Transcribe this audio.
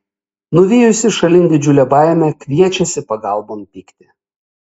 nuvijusi šalin didžiulę baimę kviečiasi pagalbon pyktį